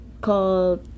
Called